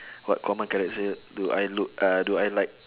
what common characteri~ do I look uh do I like